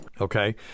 Okay